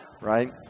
right